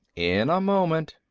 in a moment.